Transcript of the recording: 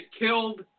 killed